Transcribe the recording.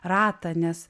ratą nes